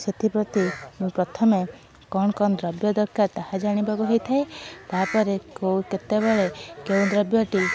ସେଥି ପ୍ରତି ପ୍ରଥମେ କ'ଣ କ'ଣ ଦ୍ରବ୍ୟ ଦରକାର ତାହା ଜାଣିବାକୁ ହୋଇଥାଏ ତାପରେ କେଉଁ କେତେବେଳେ କେଉଁ ଦ୍ରବ୍ୟଟି